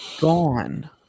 gone